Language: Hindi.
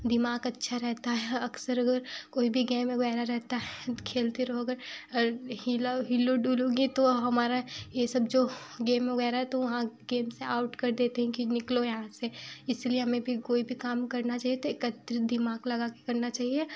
दिमाग अच्छा रहता है अक्सर अगर कोई भी गेम वगेरह रहता है खेलते रहोगे और हिला हिलो डुलोगे तो हमारा ये सब जो गेम वगेरह तो वहाँ गेम से आउट कर देते हैं कि निकलो यहाँ से इसीलिए हमें भी कोई भी काम करना चाहिए तो एकत्र दिमाग लगा के करना चाहिए